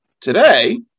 today